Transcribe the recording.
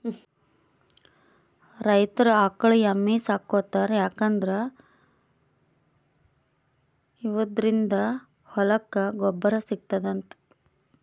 ರೈತರ್ ಆಕಳ್ ಎಮ್ಮಿ ಸಾಕೋತಾರ್ ಯಾಕಂದ್ರ ಇವದ್ರಿನ್ದ ಹೊಲಕ್ಕ್ ಗೊಬ್ಬರ್ ಸಿಗ್ತದಂತ್